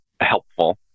helpful